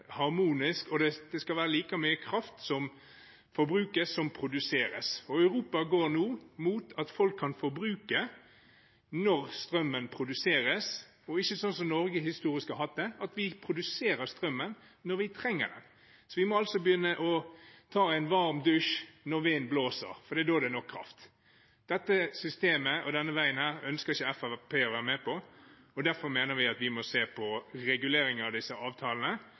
harmonisk, og det skal være like mye kraft som forbrukes, som det som produseres. Europa går nå mot at folk kan forbruke når strømmen produseres, og ikke sånn som Norge historisk har hatt det, at vi produserer strømmen når vi trenger den. Vi må altså begynne å ta en varm dusj når vinden blåser, for det er da det er nok kraft. Dette systemet og denne veien ønsker ikke Fremskrittspartiet å være med på. Derfor mener vi at vi må se på en regulering av disse avtalene,